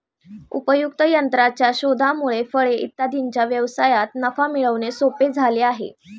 उपयुक्त यंत्राच्या शोधामुळे फळे इत्यादींच्या व्यवसायात नफा मिळवणे सोपे झाले आहे